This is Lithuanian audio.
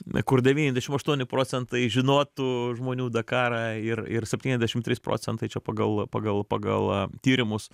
kur devyniasdešim aštuoni procentai žinotų žmonių dakarą ir ir septyniasdešim trys procentai čia pagal pagal pagal tyrimus